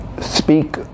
speak